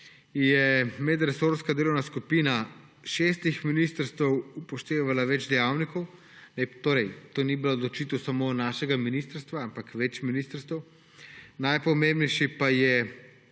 je medresorska delovna skupina šestih ministrstev upoštevala več dejavnikov. To ni bila odločitev samo našega ministrstva, ampak več ministrstev. Najpomembnejši